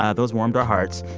ah those warmed our hearts.